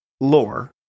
lore